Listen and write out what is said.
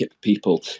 people